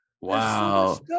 Wow